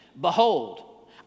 Behold